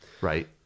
right